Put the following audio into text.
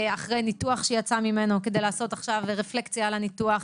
אחרי ניתוח שהיא יצאה ממנו כדי לעשות עכשיו רפלקציה על הניתוח.